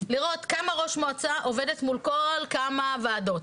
לראות כמה כל מועצה עובדת מול כל כמה ועדות.